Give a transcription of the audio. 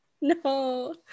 No